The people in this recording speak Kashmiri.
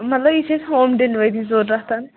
مطلب یہِ چھِ اَسہِ ہوم ڈِلؤری ضروٗرت